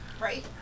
Right